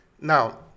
Now